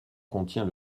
contient